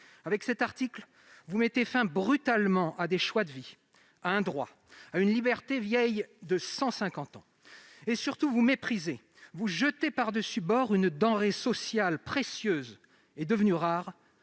Avec l'article 21, vous mettez brutalement fin à des choix de vie, à un droit, à une liberté vieille de cent cinquante ans. Surtout, vous méprisez et jetez par-dessus bord une denrée sociale précieuse et devenue rare,